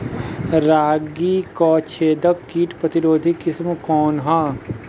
रागी क छेदक किट प्रतिरोधी किस्म कौन ह?